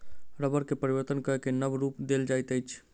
रबड़ के परिवर्तन कय के नब रूप देल जाइत अछि